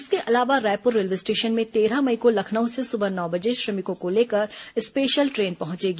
इसके अलावा Raipur railway station में तेरह मई को लखनऊ से सुबह नौ बजे श्रमिकों को लेकर स्पेशल ट्रेन पहुंचेगी